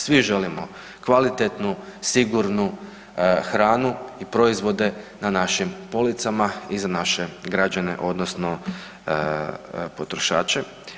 Svi želimo kvalitetnu, sigurnu hranu i proizvode na našim policama i za naše građane, odnosno potrošače.